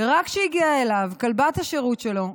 רק כשהגיעה אליו כלבת השירות שלו,